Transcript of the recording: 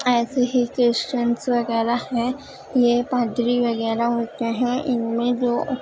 ایسے ہی کرشچنس وغیرہ ہیں یہ پادری وغیرہ ہوتے ہیں ان میں جو